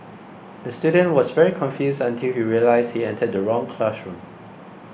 the student was very confused until he realised he entered the wrong classroom